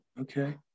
Okay